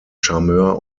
charmeur